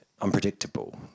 unpredictable